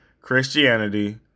Christianity